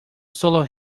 solo